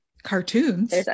cartoons